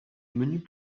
menus